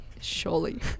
Surely